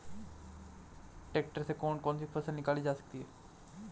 Tractor से कौन कौनसी फसल निकाली जा सकती हैं?